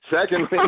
Secondly